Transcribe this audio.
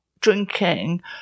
drinking